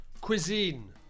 Cuisine